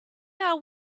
are